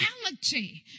reality